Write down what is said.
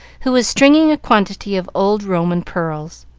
who was stringing a quantity of old roman pearls.